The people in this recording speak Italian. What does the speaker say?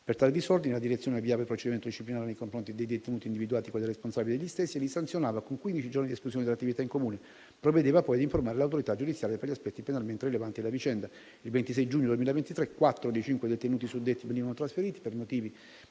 Per tali disordini, la direzione avviava il procedimento disciplinare nei confronti dei detenuti individuati quali responsabili degli stessi e li sanzionava con quindici giorni di esclusione dalle attività in comune; provvedeva, poi, a informare l'autorità giudiziaria per gli aspetti penalmente rilevanti della vicenda. Il 26 giugno 2023 quattro dei cinque detenuti suddetti venivano trasferiti, per motivi